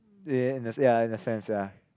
yea in ya in the sense ya